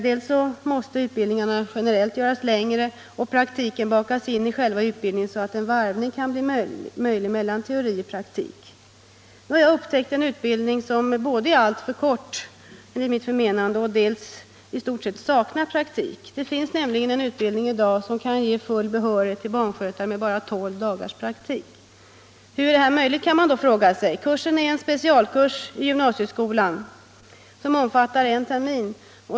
Dels måste utbildningen generellt göras längre, dels måste praktiken bakas in i själva utbildningen, så att en varvning mellan teori och praktik kan bli möjlig. Nu har jag upptäckt en utbildning som enligt mitt förmenande både är alltför kort och saknar praktik. Det finns nämligen en utbildning i dag som kan ge full behörighet till barnskötare med bara tolv dagars praktik. Hur är detta möjligt? Det kan man fråga sig. Kursen är en specialkurs i gymnasieskolan och omfattar en termin.